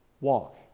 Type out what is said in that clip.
walk